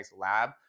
lab